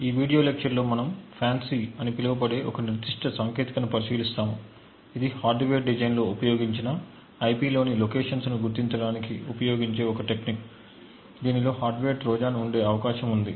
ఈ video lecture లో మనము FANCI అని పిలువబడే ఒక నిర్దిష్ట సాంకేతికతను పరిశీలిస్తాము ఇది హార్డ్వేర్ డిజైన్లో ఉపయోగించిన IP లోని లొకేషన్స్ను గుర్తించడానికి ఉపయోగించే ఒక టెక్నిక్ దీనిలో హార్డ్వేర్ ట్రోజన్ ఉండే అవకాశం ఉంది